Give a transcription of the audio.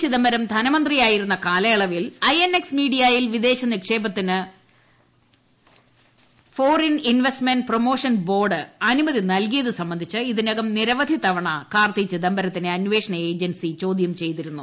ചിദംബരം ധനമന്ത്രിയായിരുന്ന കാലയളവിൽ കചത മീഡിയയിൽ വിദേശ നിക്ഷേപത്തിന് ഫോറിൻ ഇൻവെസ്റ്മെന്റ് പ്രൊമോഷൻ ബോർഡ് അനുമതി നൽകിയത് സംബന്ധിച്ച് ഇതിനകം നിരവധി തവണ കാർത്തി ചിദംബരത്തിനെ അന്വേഷണ ഏജൻസി ചോദ്യം ചെയ്തിരുന്നു